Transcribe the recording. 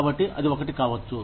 కాబట్టి అది ఒకటి కావచ్చు